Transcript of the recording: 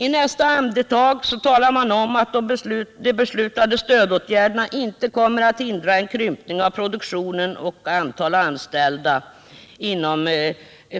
I nästa andetag talar man om att de beslutade stödåtgärderna inte kommer att hindra en krympning av produktionen och antalet anställda inom